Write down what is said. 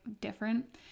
different